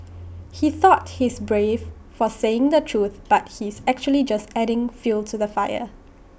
he thought he's brave for saying the truth but he's actually just adding fuel to the fire